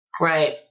Right